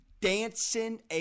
dancing